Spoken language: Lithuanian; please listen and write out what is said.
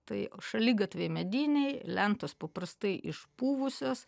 tai šaligatviai mediniai lentos paprastai išpuvusios